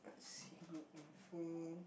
I see group info